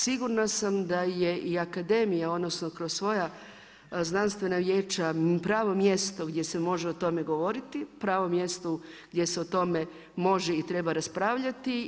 Sigurna sam da je i akademija, odnosno kroz svoja znanstvena vijeća pravo mjesto gdje se može o tome govoriti, pravo mjesto gdje se o tome može i treba raspravljati.